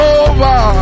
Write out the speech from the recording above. over